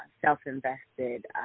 self-invested